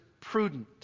prudent